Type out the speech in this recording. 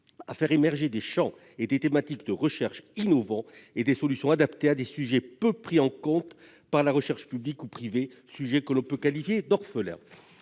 à faire émerger des champs et des thématiques de recherche innovants et des solutions adaptées à des sujets peu pris en compte par la recherche publique ou privée, sujets que l'on peut qualifier d'orphelins.